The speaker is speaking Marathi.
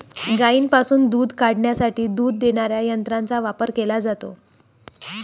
गायींपासून दूध काढण्यासाठी दूध देणाऱ्या यंत्रांचा वापर केला जातो